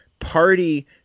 party